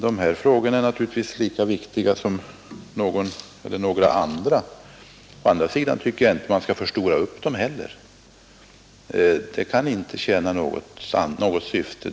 Denna fråga är naturligtvis lika viktig som andra. Å andra sidan tycker jag inte att man skall förstora upp den heller. Det kan inte tjäna något syfte.